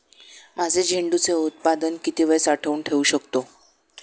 माझे झेंडूचे उत्पादन किती वेळ साठवून ठेवू शकतो?